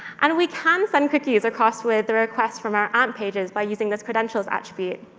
and we can send cookies across with the requests from our amp pages by using this credentials attribute.